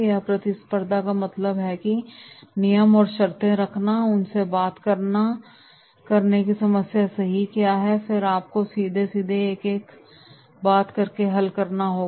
और प्रतिस्पर्धा का मतलब है कि नियम और शर्तें रखना उनसे बात करना कि समस्या सही क्या है और फिर आपको सीधे 1 से 1 बात करके हल करना होगा